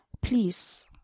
please